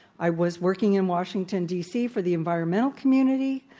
i was working in washington, d. c. for the environmental community.